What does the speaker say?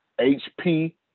hp